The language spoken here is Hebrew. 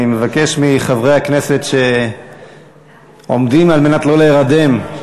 אני מבקש מחברי הכנסת שעומדים על מנת לא להירדם,